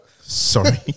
Sorry